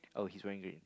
oh he's wearing green